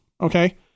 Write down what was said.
okay